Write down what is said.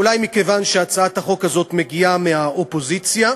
אולי מכיוון שהצעת החוק הזאת מגיעה מהאופוזיציה.